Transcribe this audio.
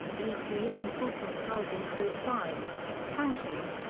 epa enforcement powers include fines, sanctions,